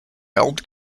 held